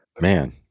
man